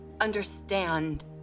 understand